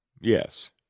yes